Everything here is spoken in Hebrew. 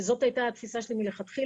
וזאת הייתה התפיסה שלי מלכתחילה,